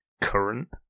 current